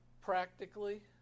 practically